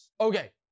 Okay